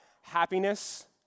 happiness